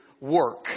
work